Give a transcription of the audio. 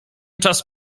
czas